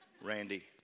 Randy